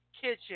Kitchen